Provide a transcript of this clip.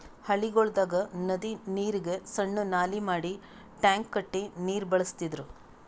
ಹಳ್ಳಿಗೊಳ್ದಾಗ್ ನದಿ ನೀರಿಗ್ ಸಣ್ಣು ನಾಲಿ ಮಾಡಿ ಟ್ಯಾಂಕ್ ಕಟ್ಟಿ ನೀರ್ ಬಳಸ್ತಿದ್ರು